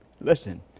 Listen